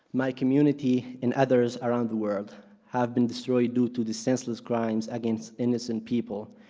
my community and others around the world have been destroyed due to the senseless crimes against innocent people,